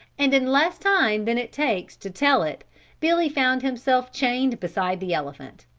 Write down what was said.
and in less time than it takes to tell it billy found himself chained beside the elephant.